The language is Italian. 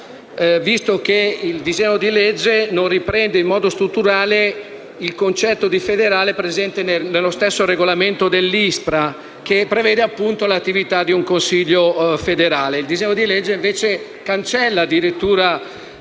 visto che il disegno di legge non lo riprende in modo strutturale, pur se presente nello stesso regolamento dell'ISPRA, che prevede l'attività di un Consiglio federale. Il disegno di legge al nostro esame cancella addirittura